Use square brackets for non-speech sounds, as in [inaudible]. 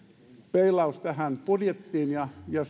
peilausta tähän budjettiin ja ja [unintelligible]